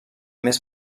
més